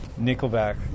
Nickelback